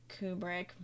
Kubrick